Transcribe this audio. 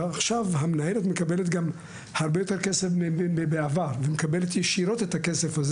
המנהלת מקבלת הרבה יותר כסף מאשר בעבר והיא מקבלת את הכסף הזה ישירות.